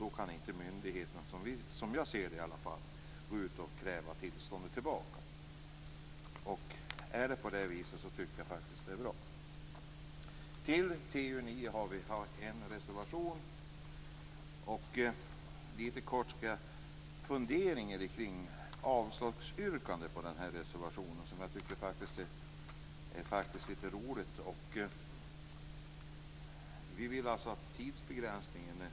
Då kan inte myndigheterna, i varje fall som jag ser saken, gå ut och kräva tillbaka tillståndet. Om det är på det viset tycker jag att det är bra. Till betänkande TU9 har vi i Vänsterpartiet fogat en reservation. Jag skall kort återge funderingar kring det yrkande om avslag på nämnda reservation som jag faktiskt tycker är ganska roligt. Vi vill ha tidsbegränsade tillstånd.